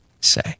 say